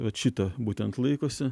vat šito būtent laikosi